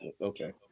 Okay